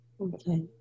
Okay